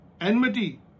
enmity